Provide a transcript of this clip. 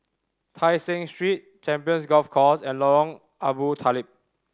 Tai Seng Street Champions Golf Course and Lorong Abu Talib